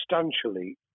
substantially